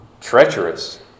treacherous